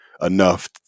enough